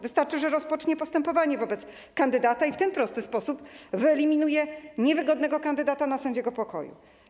Wystarczy, że rozpocznie postępowanie wobec kandydata i w ten prosty sposób wyeliminuje niewygodnego kandydata na sędziego pokoju.